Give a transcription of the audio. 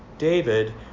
David